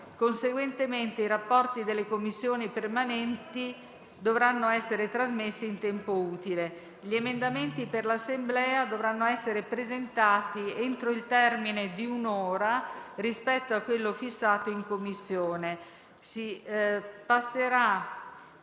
Conseguentemente, i rapporti delle Commissioni permanenti dovranno essere trasmessi in tempo utile. Gli emendamenti per l'Assemblea dovranno essere presentati entro il termine di un'ora rispetto a quello fissato in Commissione.